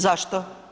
Zašto?